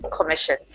Commission